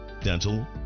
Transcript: dental